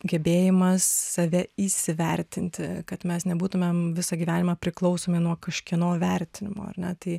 gebėjimas save įsivertinti kad mes nebūtumėm visą gyvenimą priklausomi nuo kažkieno vertinimo ar ne tai